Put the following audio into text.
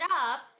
up